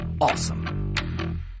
awesome